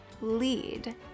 lead